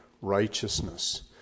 righteousness